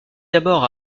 d’abord